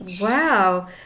Wow